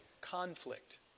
conflict